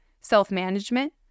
self-management